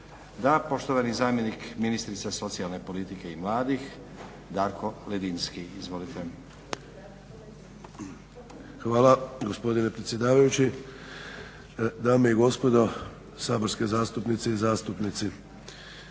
Da. Poštovani zamjenik ministrice socijalne politike i mladih Darko Ledinski. Izvolite. **Ledinski, Darko (SDP)** Hvala gospodine predsjedavajući. Dame i gospodo saborske zastupnice i zastupnici.